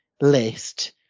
list